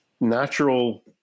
natural